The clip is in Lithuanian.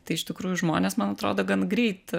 tai iš tikrųjų žmonės man atrodo gan greit